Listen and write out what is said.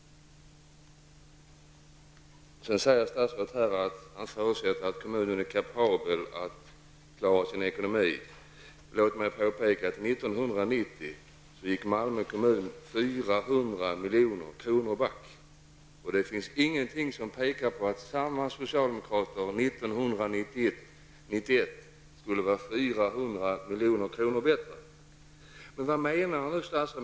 Statsrådet säger att han förutsätter att kommunen är kapabel att klara sin ekonomi. Låt mig påpeka att Malmö kommun år 1990 hade ett underskott om 400 milj.kr. Det finns ingenting som pekar på att samma socialdemokrater 1991 skulle klara verksamheten utan ett motsvarande underskott.